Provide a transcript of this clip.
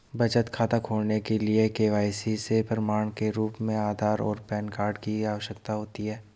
बचत खाता खोलने के लिए के.वाई.सी के प्रमाण के रूप में आधार और पैन कार्ड की आवश्यकता होती है